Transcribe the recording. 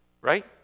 Right